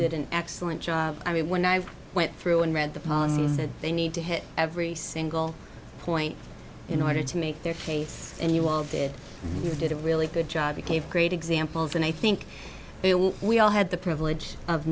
did an excellent job i mean when i went through and read the policies that they need to hit every single point in order to make their case and you all did you did a really good job became great examples and i think we all had the privilege of